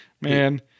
man